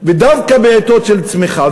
ודווקא בעתות של צמיחה.